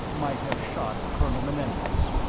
might have shot colonel menendez.